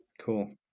Cool